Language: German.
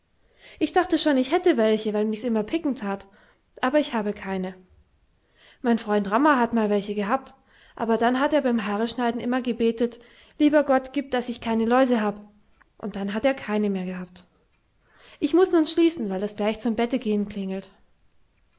ich dachte schon ich hätte welche weil michs immer picken that aber ich hatte keine mein freund rammer hat mal welche gehabt aber dann hat er beim haareschneiden immer gebetet lieber gott gieb das ich keine läuse hab und dann hat er keine mer gehabt ich muß nun schließen weil es gleich zum bettegehn klingelt